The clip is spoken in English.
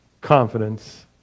confidence